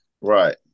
Right